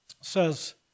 says